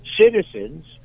citizens